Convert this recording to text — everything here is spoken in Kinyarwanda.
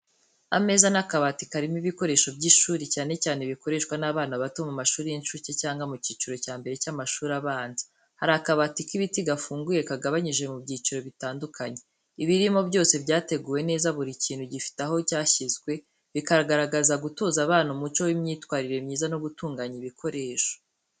Ameza n’akabati karimo ibikoresho by’ishuri, cyane cyane ibikoreshwa n’abana bato mu mashuri y’inshuke cyangwa mu cyiciro cya mbere cy’amashuri abanza. Hari akabati k’ibiti gafunguye kagabanyije mu byiciro bitandukanye. Ibirimo byose byateguwe neza buri kintu gifite aho cyashyizwe, bikagaragaza gutoza abana umuco w’imyitwarire myiza no gutunganya ibikoresho.